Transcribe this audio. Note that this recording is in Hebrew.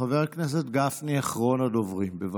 חבר הכנסת גפני, אחרון הדוברים, בבקשה.